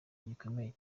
gikomeye